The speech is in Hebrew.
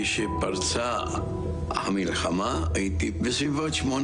אני בדקתי באמת איפה ההסתכלות הספציפית שלנו סביב העוני.